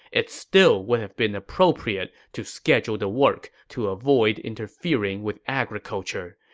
it still would have been appropriate to schedule the work to avoid interfering with agriculture.